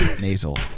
nasal